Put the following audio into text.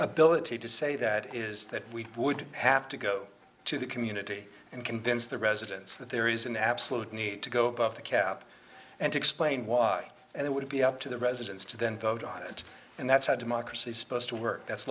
ability to say that is that we would have to go to the community and convince the residents that there is an absolute need to go above the cap and explain why and it would be up to the residents to then vote on it and that's how democracy is supposed to work that's